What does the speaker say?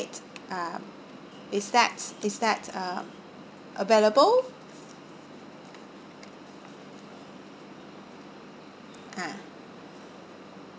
uh is that is that uh available ah